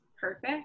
perfect